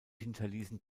hinterließen